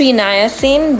niacin